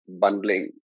bundling